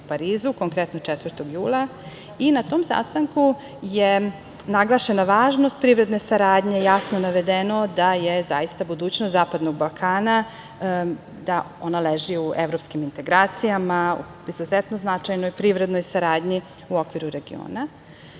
u Parizu, konkretno 4. jula. Na tom sastanku je naglašena važnost privredne saradnje, jasno navedeno da budućnost zapadnog Balkana da leži u evropskim integracijama, u izuzetno značajnoj privrednoj saradnji u okviru regiona.